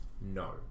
no